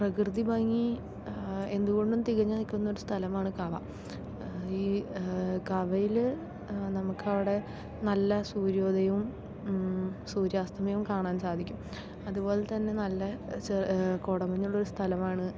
പ്രകൃതിഭംഗി എന്തുകൊണ്ടും തികഞ്ഞ് നിൽക്കുന്നൊരു സ്ഥലമാണ് കവ ഈ കവയിൽ നമുക്കവിടെ നല്ല സൂര്യോദയവും സൂര്യാസ്തമയവും കാണാൻ സാധിക്കും അതുപോലെ തന്നെ നല്ല ച കോടമഞ്ഞുള്ളൊരു സ്ഥലമാണ്